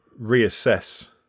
reassess